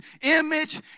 image